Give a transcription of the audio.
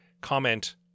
comment